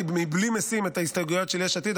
מבלי משים את ההסתייגויות של יש עתיד,